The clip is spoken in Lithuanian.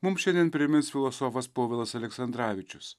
mums šiandien primins filosofas povilas aleksandravičius